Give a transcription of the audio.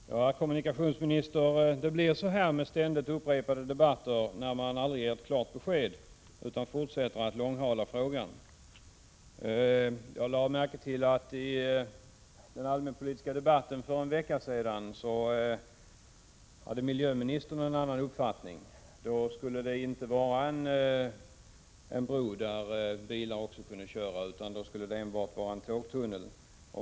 Herr talman! Ja, herr kommunikationsminister, det blir sådana här ständigt upprepade debatter, när man aldrig ger ett klart besked utan fortsätter långhala frågan. Jag lade märke till att miljöministern i den allmänpolitiska debatten för en vecka sedan hade en annan uppfattning. Då skulle det inte vara en bro där också bilar kunde köra utan enbart en tågtunnel.